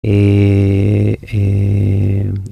אה...